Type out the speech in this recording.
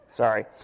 Sorry